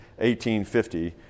1850